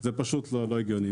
זה פשוט לא הגיוני.